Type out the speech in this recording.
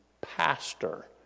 pastor